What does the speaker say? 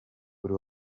buri